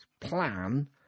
plan